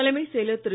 தலைமை செயலர் திரு